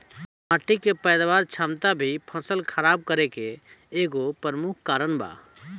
माटी के पैदावार क्षमता भी फसल खराब करे के एगो प्रमुख कारन बा